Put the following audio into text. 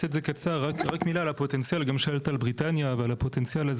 כבוד היושב-ראש, שאלת על בריטניה ועל הפוטנציאל.